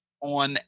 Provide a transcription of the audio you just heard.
On